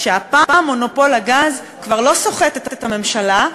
שהפעם מונופול הגז כבר לא סוחט את הממשלה,